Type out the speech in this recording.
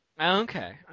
Okay